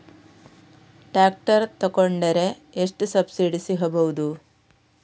Tractor ತೊಕೊಂಡರೆ ಎಷ್ಟು subsidy ಸಿಗಬಹುದು?